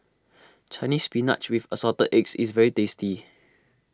Chinese Spinach with Assorted Eggs is very tasty